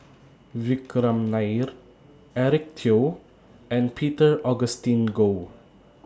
Vikram Nair Eric Teo and Peter Augustine Goh